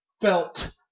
felt